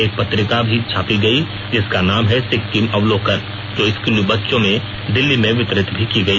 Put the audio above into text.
एक पत्रिका भी छापी गई जिसका नाम है सिक्किम अवलोकन जो स्कूली बच्चों में दिल्ली में वितरित भी की गई